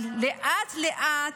אבל לאט-לאט,